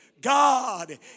God